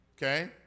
Okay